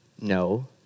No